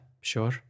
sure